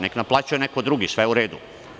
Neka naplaćuje neko drugi, sve je u redu.